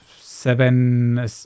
seven